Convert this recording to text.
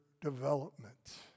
development